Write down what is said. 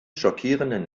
schockierenden